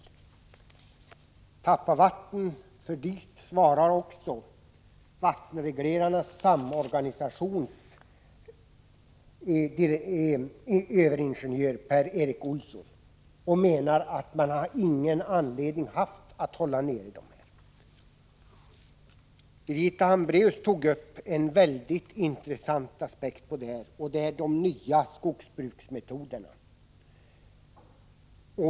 Att tappa vatten var för dyrt, svarar också vattenreglerarnas samorganisations överingenjör Per-Erik Olsson och menar att man inte haft någon anledning att hålla vattenståndet nere. Birgitta Hambraeus tog upp en intressant aspekt. Det gäller de nya skogsbruksmetoderna.